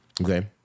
okay